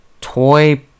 toy